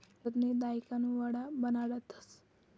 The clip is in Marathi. उडिदनी दायकन वडा बनाडतस